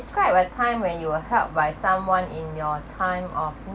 describe a time when you were helped by someone in your time of